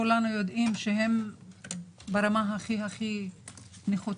כולנו יודעים, שהם ברמה הכי הכי נחותה.